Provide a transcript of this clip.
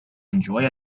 enjoy